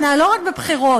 לא רק בבחירות,